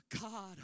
God